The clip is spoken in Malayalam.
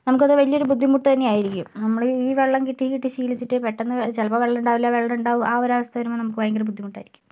നമുക്കത് വലിയൊരു ബുദ്ധിമുട്ട് തന്നെയായിരിക്കും നമ്മൾ ഈ വെള്ളം കിട്ടി കിട്ടി ശീലിച്ചിട്ട് പെട്ടെന്ന് ചിലപ്പോൾ വെള്ളം ഉണ്ടാവില്ല വെള്ളം ഉണ്ടാവും ആ ഒരവസ്ഥ വരുമ്പോൾ നമുക്ക് ഭയങ്കര ബുദ്ധിമുട്ടായിരിക്കും